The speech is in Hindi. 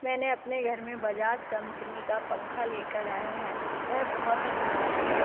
मैनें अपने घर में बजाज कंपनी का पंखा ले कर आया है वह बहुत ही खराब है